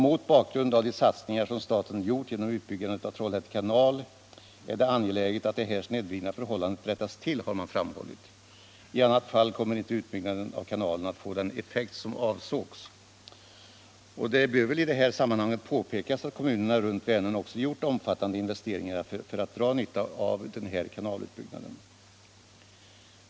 Mot bakgrund av de satsningar som staten gjort genom utbyggandet av Trollhätte kanal är det angeläget att det här snedvridna förhållandet rättas till, har man framhållit. I annat fall kommer inte utbyggnaden av kanalen att få den effekt som avsågs. Det bör väl i det här sammanhanget påpekas att kommunerna runt Vänern också gjort omfattande investeringar för att dra nytta av kanalutbyggnaden.